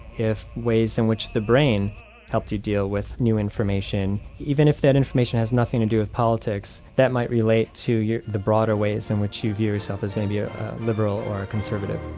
if ways in which the brain helped you deal with new information, even if that information has nothing to do with politics, that might relate to the broader ways in which you view yourself as maybe a liberal or a conservative.